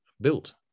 built